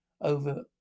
over